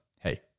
hey